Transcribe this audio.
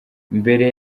mbere